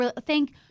Thank